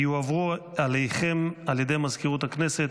יועברו אליכם על ידי מזכירות הכנסת